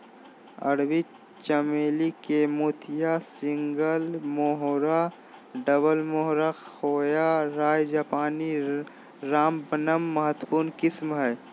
अरबी चमेली के मोतिया, सिंगल मोहोरा, डबल मोहोरा, खोया, राय जापानी, रामबनम महत्वपूर्ण किस्म हइ